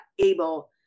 able